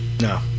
No